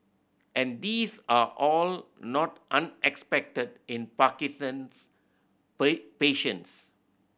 and these are all not unexpected in Parkinson's patients